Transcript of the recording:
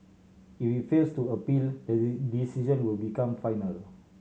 if it fails to appeal the decision will become final